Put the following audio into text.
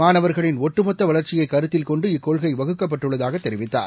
மாணவர்களின் ஒட்டுமொத்த வளர்ச்சியை கருத்தில் கொண்டு இக்கொள்கை வகுக்கப்பட்டுள்ளதாக தெரிவித்தார்